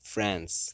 France